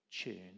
tune